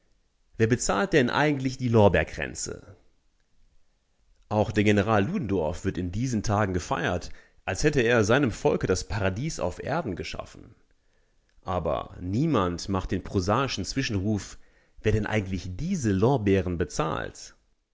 wer bezahlt denn eigentlich die lorbeerkränze auch der general ludendorff wird in diesen tagen gefeiert als hätte er seinem volke das paradies auf erden geschaffen aber niemand macht den prosaischen zwischenruf wer denn eigentlich diese lorbeeren bezahlt